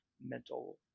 mental